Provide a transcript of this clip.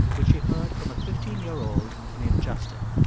which she heard from a fifteen year old named justin.